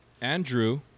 Andrew